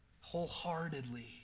wholeheartedly